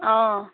অঁ